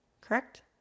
correct